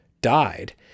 died